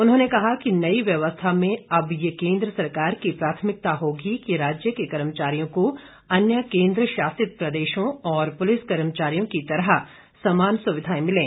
उन्होंने कहा कि नयी व्यवस्था में अब यह केन्द्र सरकार की प्राथमिकता होगी कि राज्य के कर्मचारियों को अन्य केन्द्र शासित प्रदेशों और पुलिस कर्मचारियों की तरह समान सुविधाएं मिलें